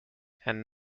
and